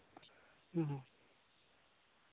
ᱦᱮᱸ ᱦᱮᱸ